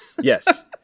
Yes